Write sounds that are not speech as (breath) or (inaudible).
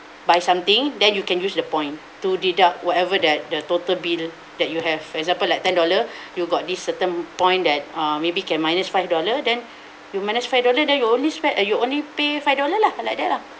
buy something then you can use the point to deduct whatever that the total bill that you have example like ten dollar (breath) you got this certain point that uh maybe can minus five dollar then (breath) you minus five dollar then you only spend uh you only pay five dollar lah like that lah